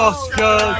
Oscar